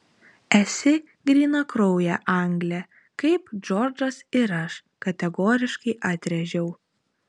esi grynakraujė anglė kaip džordžas ir aš kategoriškai atrėžiau